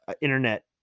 internet